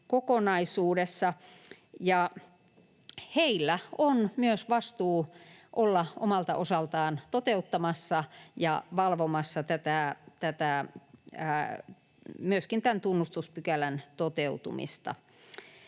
kirkkolakikokonaisuudessa, ja heillä on myös vastuu olla omalta osaltaan toteuttamassa ja valvomassa myöskin tämän tunnustuspykälän toteutumista.